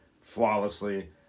flawlessly